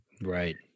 Right